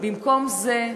במקום זה,